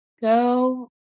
go